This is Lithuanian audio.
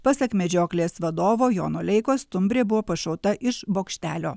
pasak medžioklės vadovo jono leikos stumbrė buvo pašauta iš bokštelio